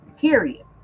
period